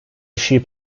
ship